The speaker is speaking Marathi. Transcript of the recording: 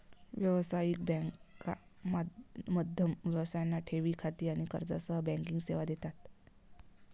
व्यावसायिक बँका मध्यम व्यवसायांना ठेवी खाती आणि कर्जासह बँकिंग सेवा देतात